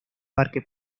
parque